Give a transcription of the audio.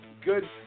Good